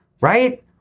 right